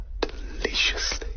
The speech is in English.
deliciously